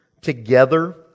together